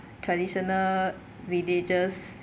traditional religious